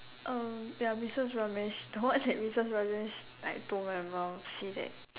uh ya Missus Ramesh the one that Missus Ramesh like told my mum actually that